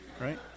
right